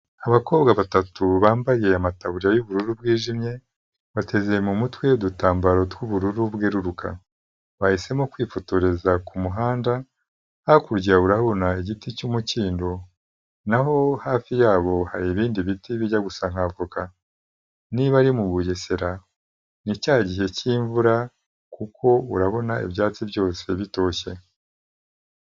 Abakobwa batatu bambaye amataburiya y'ubururu bwijimye, bateze mu mutwe udutambaro tw'ubururu bweruruka. Bahisemo kwifotoreza ku muhanda, hakurya urahabona igiti cy'umukindo, na ho hafi yabo hari ibindi biti bijya gusa nka avoka. Niba ari mu Bugesera ni cya gihe cy'imvura kuko urabona ibyatsi byose bitoshye.